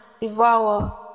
devour